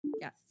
Yes